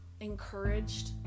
encouraged